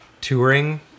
touring